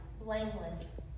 blameless